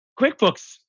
QuickBooks